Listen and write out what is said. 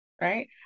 right